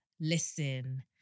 listen